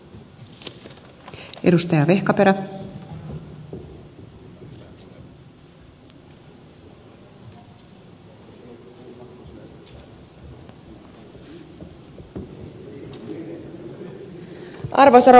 arvoisa rouva puhemies